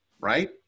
right